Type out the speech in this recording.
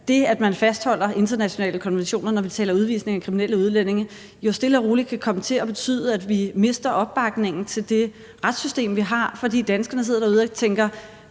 det, at man fastholder internationale konventioner, når vi taler udvisning af kriminelle udlændinge, jo stille og roligt kan komme til at betyde, at vi mister opbakningen til det retssystem, vi har, fordi danskerne sidder derude og tænker,